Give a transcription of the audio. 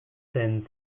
zen